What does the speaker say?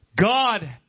God